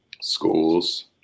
Schools